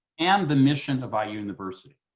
and the mission of our university.